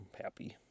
happy